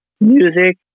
music